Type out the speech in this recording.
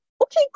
okay